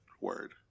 Word